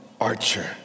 archer